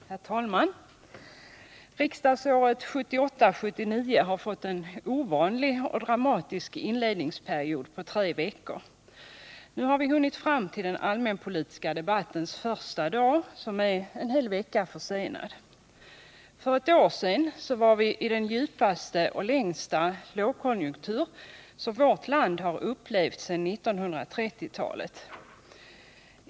Herr talman! Riksdagsåret 1978/79 har fått en ovanlig och dramatisk inledningsperiod på tre veckor. Nu har vi hunnit fram till den allmänpolitiska debattens första dag, som är en hel vecka försenad. För ett år sedan var vi i den djupaste och längsta lågkonjunktur som vårt land har upplevt sedan 1930-talet.